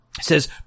Says